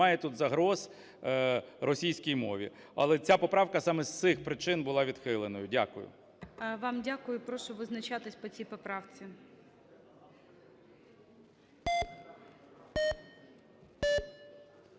немає тут загроз російській мові. Але ця поправка саме з цих причин була відхиленою. Дякую.